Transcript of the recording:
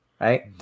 Right